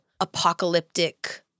apocalyptic